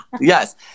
Yes